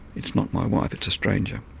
it's not my wife it's a stranger